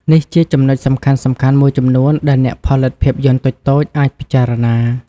នេះជាចំណុចសំខាន់ៗមួយចំនួនដែលអ្នកផលិតភាពយន្តតូចៗអាចពិចារណា។